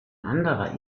anderer